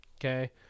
Okay